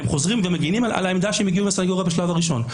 הם חוזרים ומגנים על העמדה שהם הגיעו עם הסנגוריה בשלב הראשון.